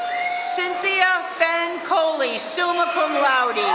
cynthia coley, summa cum laude, yeah